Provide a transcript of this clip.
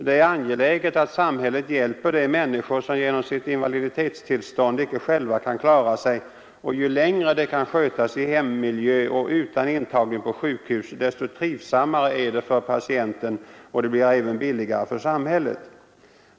Det är angeläget att samhället hjälper de människor som genom sitt invaliditetstillstånd icke själva kan klara sig. Ju längre de kan skötas i hemmiljö och utan intagning på sjukhus, desto trivsammare är det för patienten; och det blir även billigare för samhället.